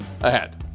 ahead